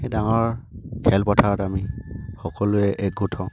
সেই ডাঙৰ খেলপথাৰত আমি সকলোৱে একগোট হওঁ